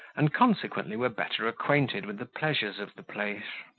and consequently were better acquainted with the pleasures of the place.